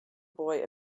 boy